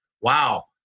wow